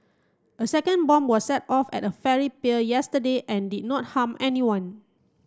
a second bomb was set off at a ferry pier yesterday and did not harm anyone